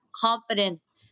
confidence